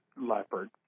Leopard